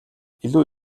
илүү